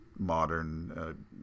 modern